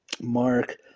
Mark